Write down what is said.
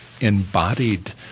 embodied